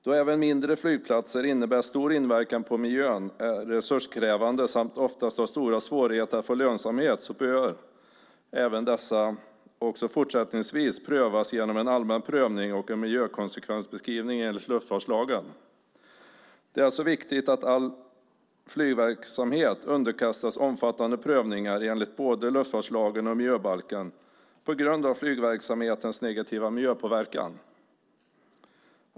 Då även mindre flygplatser innebär stor inverkan på miljön, är resurskrävande och oftast har stora svårigheter att få lönsamhet bör även dessa också fortsättningsvis prövas genom en allmän prövning och en miljökonsekvensbeskrivning enligt luftfartslagen. Det är alltså viktigt att all flygverksamhet underkastas omfattande prövningar enligt både luftfartslagen och miljöbalken på grund av flygverksamhetens negativa miljöpåverkan.